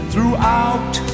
Throughout